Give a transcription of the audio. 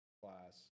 class